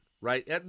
Right